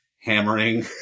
hammering